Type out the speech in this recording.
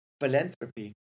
Philanthropy